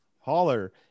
Holler